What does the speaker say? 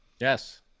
Yes